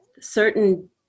certain